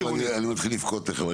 אני מתחיל לבכות תכף.